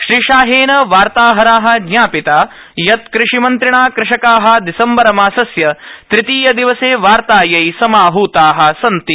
श्रीशाहेन वार्ताहराः ज्ञापिताः यत् कृषिमन्त्रिणा कृषकाः दिसम्बरमासस्य तृतीयदिवसे वार्तायै समाहताः सन्ति